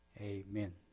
Amen